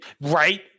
right